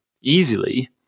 easily